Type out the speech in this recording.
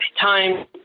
time